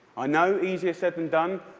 i know, easier said than done.